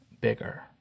bigger